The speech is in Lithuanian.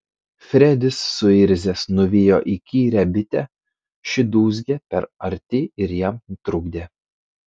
fredis suirzęs nuvijo įkyrią bitę ši dūzgė per arti ir jam trukdė